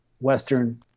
Western